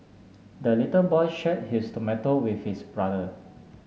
the little boy share his tomato with his brother